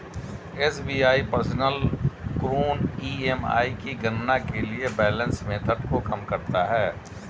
SBI personal ऋण EMI की गणना के लिए बैलेंस मेथड को कम करता है